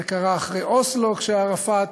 זה קרה אחרי אוסלו, כשערפאת